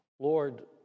Lord